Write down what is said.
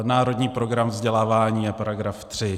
Národní program vzdělávání je § 3.